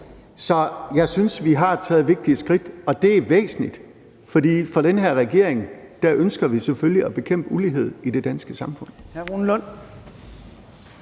Så jeg synes, at vi har taget vigtige skridt, og det er væsentligt, for i den her regering ønsker vi selvfølgelig at bekæmpe ulighed i det danske samfund.